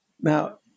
Now